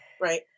Right